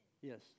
Yes